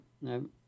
no